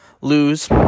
lose